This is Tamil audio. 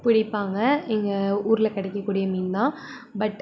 பிடிப்பாங்க எங்கள் ஊரில் கிடைக்கக்கூடிய மீன் தான் பட்